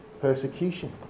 persecution